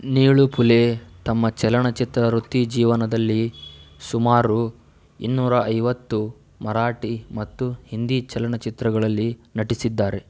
ನಿಳೂ ಫುಲೆ ತಮ್ಮ ಚಲನಚಿತ್ರ ವೃತ್ತಿಜೀವನದಲ್ಲಿ ಸುಮಾರು ಇನ್ನೂರ ಐವತ್ತು ಮರಾಠಿ ಮತ್ತು ಹಿಂದಿ ಚಲನಚಿತ್ರಗಳಲ್ಲಿ ನಟಿಸಿದ್ದಾರೆ